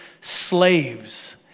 slaves